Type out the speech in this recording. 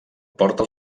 porta